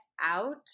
out